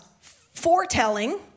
foretelling